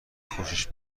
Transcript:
خوشش